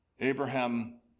Abraham